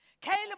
Caleb